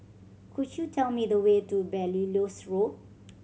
could you tell me the way to Belilios Road